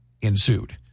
ensued